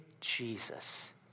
Jesus